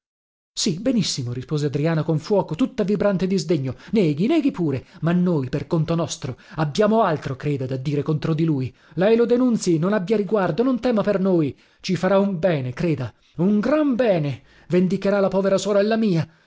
sì benissimo rispose adriana con fuoco tutta vibrante di sdegno neghi neghi pure ma noi per conto nostro abbiamo altro creda da dire contro di lui lei lo denunzii non abbia riguardo non tema per noi ci farà un bene creda un gran bene vendicherà la povera sorella mia